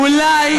אולי,